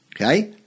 Okay